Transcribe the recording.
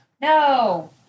no